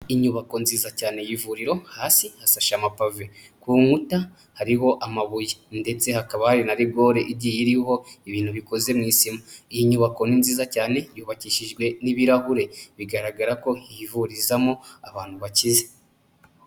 Inyubako nziza cyane y'ivuriro, hasi hasashe amapave. Ku nkuta hariho amabuye ndetse hakaba hari na rigori igiye iriho ibintu bikoze mu isima. Iyi nyubako ni nziza cyane, yubakishijwe n'ibirahure. Bigaragara ko hivurizamo abantu bakize.